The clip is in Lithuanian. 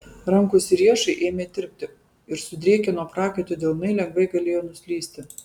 rankos ir riešai ėmė tirpti ir sudrėkę nuo prakaito delnai lengvai galėjo nuslysti